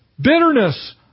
Bitterness